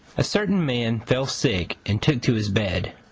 a certain man fell sick and took to his bed.